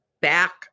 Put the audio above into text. back